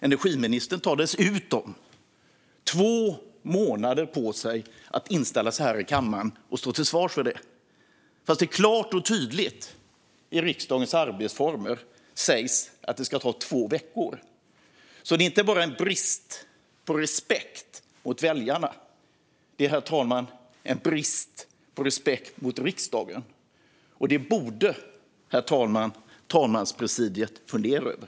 Energiministern tar dessutom två månader på sig att inställa sig här i kammaren och stå till svars, trots att det sägs klart och tydligt i riksdagens arbetsformer att det ska ta två veckor. Det är alltså inte bara en brist på respekt mot väljarna utan också en brist på respekt mot riksdagen. Det, herr talman, borde talmanspresidiet fundera över.